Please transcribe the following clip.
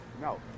No